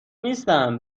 نیستم